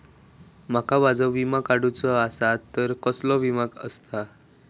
माका माझो विमा काडुचो असा तर कसलो विमा आस्ता?